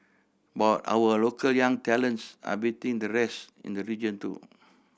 but our local young talents are beating the rest in the region too